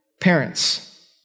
Parents